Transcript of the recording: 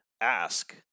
ask